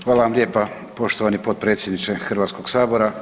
Hvala vam lijepa poštovani potpredsjedniče Hrvatskog sabora.